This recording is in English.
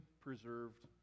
preserved